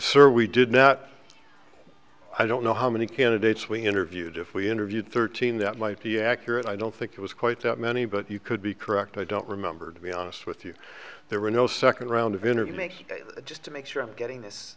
certainly did not i don't know how many candidates we interviewed if we interviewed thirteen that might be accurate i don't think it was quite that many but you could be correct i don't remember to be honest with you there were no second round of interview makes just to make sure i'm getting this